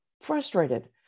frustrated